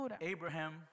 Abraham